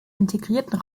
integrierten